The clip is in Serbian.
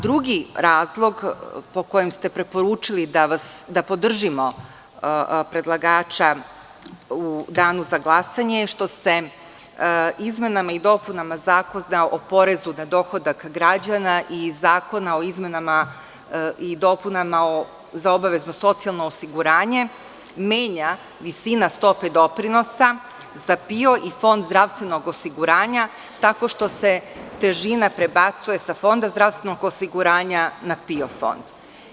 Drugi razlog po kojem ste preporučili da podržimo predlagača u Danu za glasanje je što se izmenama i dopunama Zakona o porezu na dohodak građana i Zakona o izmenama i dopunama Zakona za obavezno socijalno osiguranje menja visina stope doprinosa za PIO i Fond zdravstvenog osiguranja, tako što se težina prebacuje sa Fonda zdravstvenog osiguranja na PIO fond.